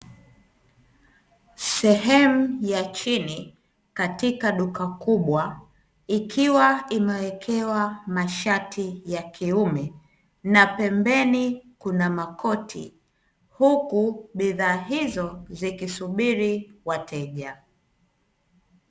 Sehemu ya chini katika duka kubwa, ikiwa imewekewa masharti ya kiume na pembeni kuna makoti, huku bidhaa hizo zikisubiri wateja.